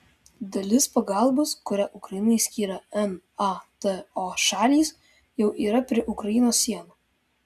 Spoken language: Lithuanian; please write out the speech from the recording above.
dalis pagalbos kurią ukrainai skyrė nato šalys jau yra prie ukrainos sienų